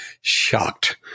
shocked